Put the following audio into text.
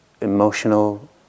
emotional